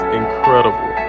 incredible